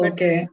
Okay